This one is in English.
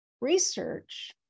research